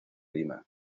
lima